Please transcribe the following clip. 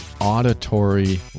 auditory